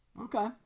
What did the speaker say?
Okay